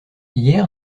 hier